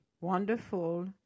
Wonderful